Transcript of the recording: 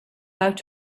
out